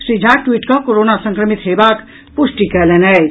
Shri Jha tweet कऽ corona संक्रमित हेबाक पुष्टि कयलनि अछि